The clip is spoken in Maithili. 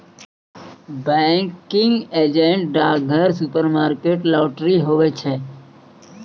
बैंकिंग एजेंट डाकघर, सुपरमार्केट, लाटरी, हुवै छै